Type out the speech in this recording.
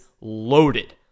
loaded